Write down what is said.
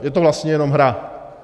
Je to vlastně jenom hra.